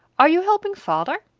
are you helping father?